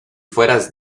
fueras